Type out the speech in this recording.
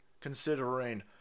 considering